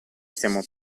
stiamo